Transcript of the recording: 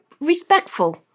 respectful